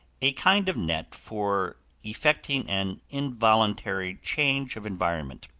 a kind of net for effecting an involuntary change of environment.